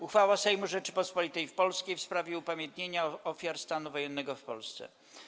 Uchwała Sejmu Rzeczypospolitej Polskiej w sprawie upamiętnienia ofiar stanu wojennego w Polsce.